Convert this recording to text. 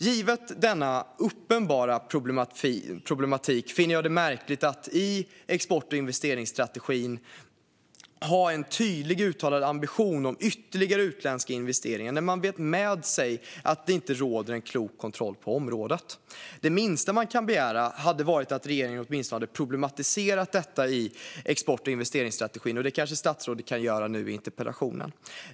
Givet denna uppenbara problematik finner jag det märkligt att i export och investeringsstrategin ha en tydligt uttalad ambition om ytterligare utländska investeringar när man vet med sig att ingen klok kontroll sker på området. Det minsta man kan begära är att regeringen åtminstone hade problematiserat detta i export och investeringsstrategin. Det kanske statsrådet kan göra i den här interpellationsdebatten?